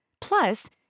Plus